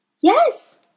Yes